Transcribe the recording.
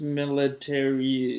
military